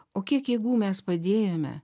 o kiek jėgų mes padėjome